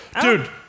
dude